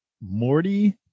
Morty